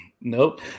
Nope